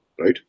right